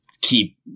keep